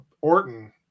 Orton